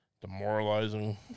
demoralizing